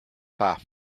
pas